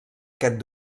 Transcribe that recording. aquest